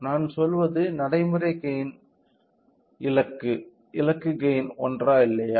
நான் சொல்வது நடைமுறை கெய்ன்ம் இலக்கு கெய்ன்ம் ஒன்றா இல்லையா